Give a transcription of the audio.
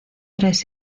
tres